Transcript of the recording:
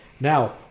Now